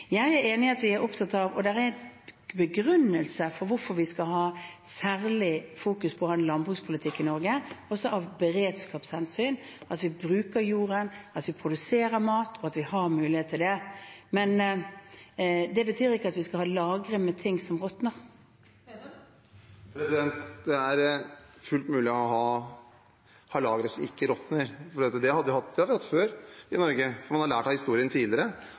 er begrunnelser for hvorfor vi skal fokusere særlig på å ha en landbrukspolitikk i Norge. Det er også av beredskapshensyn, at vi bruker jorden, at vi produserer mat, og at vi har mulighet til det. Men det betyr ikke at vi skal ha lagre med ting som råtner. Det åpnes for oppfølgingsspørsmål – først Trygve Slagsvold Vedum. Det er fullt mulig å ha lagre som ikke råtner. Det har vi hatt før i Norge, for man har lært av historien tidligere.